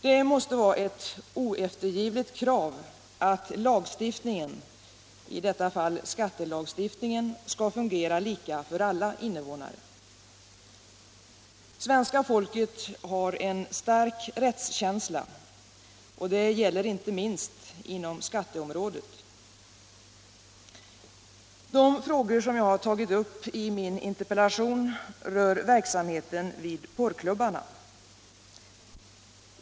Det måste vara ett oeftergivligt krav att lagstiftningen, i detta fall skattelagstiftningen, skall fungera lika för alla invånare. Svenska folket har en stark rättskänsla, och det gäller inte minst inom skatteområdet. De frågor jag har tagit upp i min interpellation rör verksamheten vid porrklubbarna.